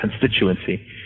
constituency